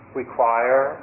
require